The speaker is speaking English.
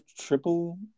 triple